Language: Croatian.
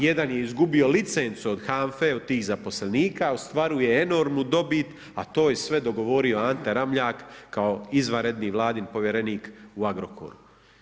Jedan je izgubio licencu od HANFA-e, od tih zaposlenika, ostvaruje enormnu dobit, a to je sve dogovorio Ante Ramljak kao izvanredni vladin povjerenik u Agrokoru.